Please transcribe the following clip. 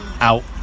out